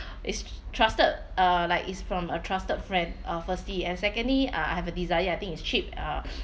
it's trusted uh like it's from a trusted friend uh firstly and secondly uh I have a desire I think it's cheap uh